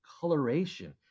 coloration